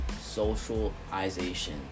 socialization